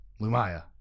Lumaya